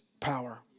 power